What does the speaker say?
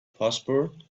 passport